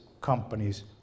companies